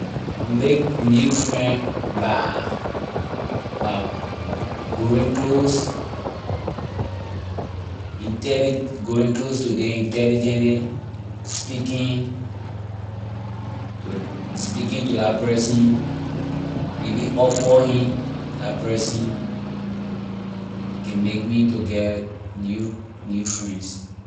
I will make new friend by by go- going close intelli- going close to them intelligently speaking to speaking to la person maybe offering la person can make me to get new new friends.